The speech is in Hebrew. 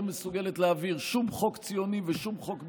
מסוגלת להעביר שום חוק ציוני ושום חוק ביטחוני,